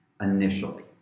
initially